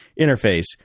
interface